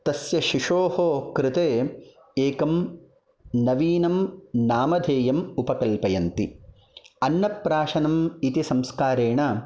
तस्य शिशोः कृते एकं नवीनं नामधेयम् उपकल्पयन्ति अन्नप्राशनम् इति संस्कारेण